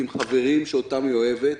עם חברים שאותם היא אוהבת,